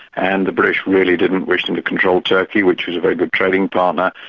and the british really didn't wish them to control turkey which was a very good trading partner,